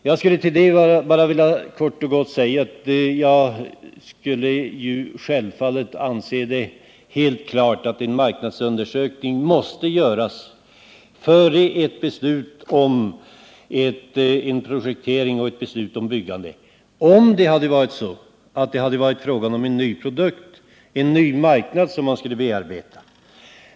Jag skulle till det vilja kort och gott säga att jag självfallet skulle anse det helt klart att en marknadsundersökning måste göras före ett beslut om en projektering och ett beslut om byggande — om det hade varit fråga om en ny produkt och en ny marknad att bearbeta.